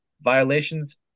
Violations